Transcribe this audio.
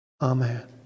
Amen